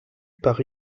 par